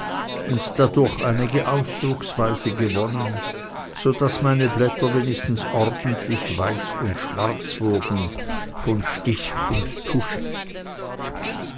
und dadurch einige ausdrucksweise gewonnen so daß meine blätter wenigstens ordentlich weiß und schwarz wurden von stift und tusche